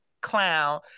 Clown